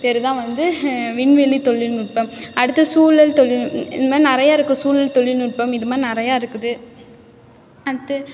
பேர் தான் வந்து விண்வெளித் தொழில்நுட்பம் அடுத்தது சூழல் தொழில் இந்த மாதிரி நிறைய இருக்குது சூழல் தொழில்நுட்பம் இந்த மாதிரி நிறைய இருக்குது அடுத்து